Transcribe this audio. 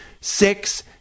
Six